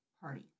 party